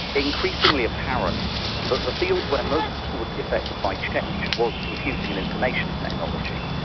increasingly apparent but the field where most will be affected by change, was computing and information technology.